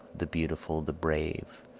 the beautiful, the brave,